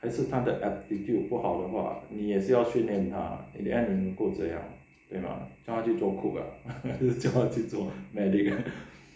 还是他的 aptitude 不好的话你也是要训练他 in the end 你能够这么样对吧叫他去做 cook 啊叫他去做啊 medic